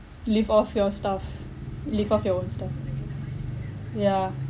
live off your stuff live of your own stuff yeah